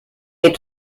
les